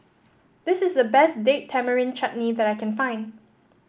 this is the best Date Tamarind Chutney that I can find